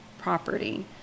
property